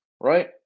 right